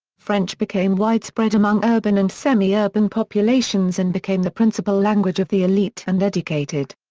french became widespread among urban and semi-urban populations and became the principal language of the elite and educated.